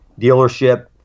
dealership